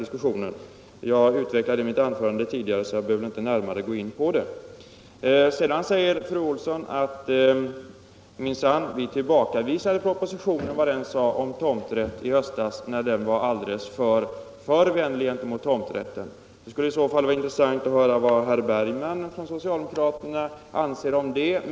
Jag utvecklade den saken i mitt tidigare anförande och behöver därför inte nu gå närmare in på den. Sedan säger fru Olsson i Hölö att utskottet tillbakavisade vad propositionen i höstas sade om tomträtt och ansåg att den var alldeles för positiv till tomträtt. Det skulle vara intressant att höra vad herr Bergman i Göteborg från socialdemokraterna anser om det.